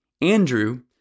Andrew